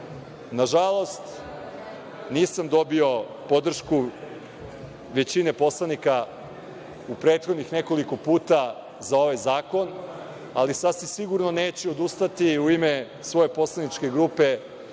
ovde. Nažalost, nisam dobio podršku većine poslanika u prethodnih nekoliko puta za ovaj zakon, ali sasvim sigurno neću odustati u ime svoje poslaničke grupe